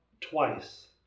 twice